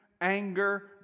anger